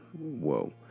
whoa